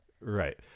right